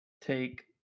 Take